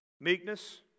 meekness